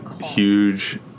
huge